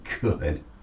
good